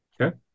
Okay